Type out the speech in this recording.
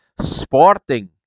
Sporting